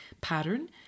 pattern